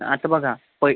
आता बघा पै